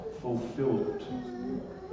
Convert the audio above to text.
fulfilled